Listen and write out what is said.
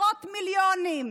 עשרות מיליונים.